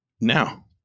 Now